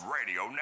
Radio